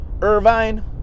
Irvine